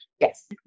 Yes